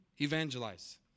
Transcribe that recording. evangelize